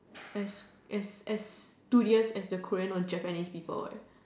as as as studious as the Korean or Japanese people eh